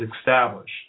established